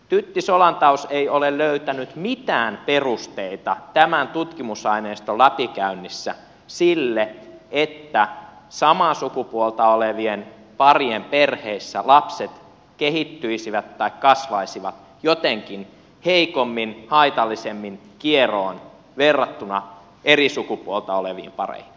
tytti solantaus ei ole löytänyt mitään perusteita tämän tutkimusaineiston läpikäynnissä sille että samaa sukupuolta olevien parien perheissä lapset kehittyisivät tai kasvaisivat jotenkin heikommin haitallisemmin kieroon verrattuna eri sukupuolta oleviin pareihin